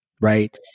Right